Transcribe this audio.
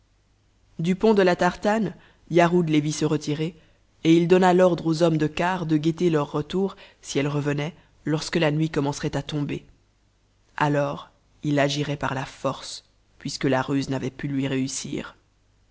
du pont de la tartane yarhud les vit se retirer et il donna l'ordre aux hommes de quart de guetter leur retour si elles revenaient lorsque la nuit commencerait à tomber alors il agirait par la force puisque la ruse n'avait pu lui réussir